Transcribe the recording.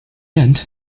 end